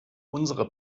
unsere